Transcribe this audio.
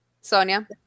Sonia